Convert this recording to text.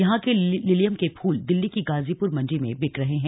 यहां के लिलियम के फूल दिल्ली की गाजीपुर मंडी में बिक रहे हैं